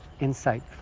insight